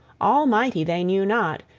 almighty they knew not,